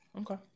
Okay